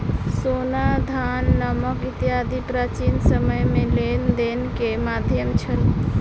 सोना, धान, नमक इत्यादि प्राचीन समय में लेन देन के माध्यम छल